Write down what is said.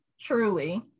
Truly